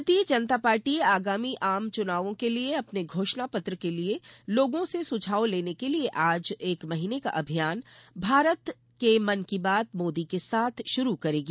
Bhajpa Bharatiya Janata party आगामी आम चुनावों के लिए अपने घोषणा पत्र के लिए लोगों से सुझाव लेने के लिये आज एक महीने का अभियान भारत के मन की बात मोदी के साथ शुरू करेगी